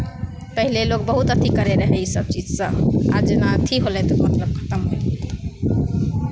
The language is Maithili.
पहिले लोक बहुत अथी करैत रहै इसभ चीजसँ आब जेना अथी होलै तऽ मतलब खतम होय गेलै